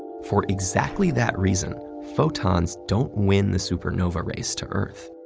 for exactly that reason, photons don't win the supernova race to earth.